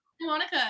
Monica